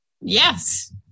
Yes